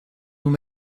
nous